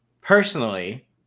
personally